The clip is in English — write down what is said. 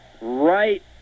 right